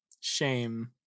Shame